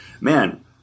Man